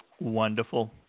Wonderful